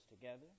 together